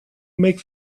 make